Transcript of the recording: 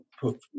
put